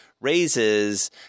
raises –